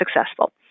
successful